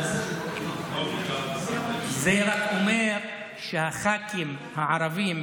זה רק אומר שהח"כים הערבים,